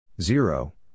Zero